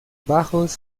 bajos